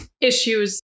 issues